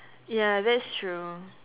ya that's true